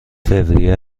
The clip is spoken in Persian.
فوریه